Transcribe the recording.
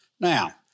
Now